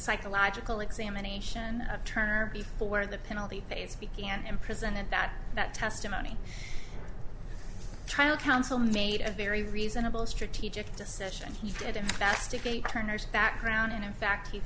psychological examination of turner before the penalty phase began in prison and that that testimony trial counsel made a very reasonable strategic decision he did investigate turner's background and in fact he